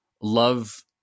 love